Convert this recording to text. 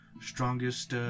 strongest